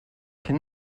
can